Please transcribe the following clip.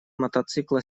мотоцикла